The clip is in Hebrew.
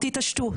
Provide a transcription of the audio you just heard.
תתעשתו.